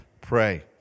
pray